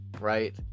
Right